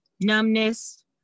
numbness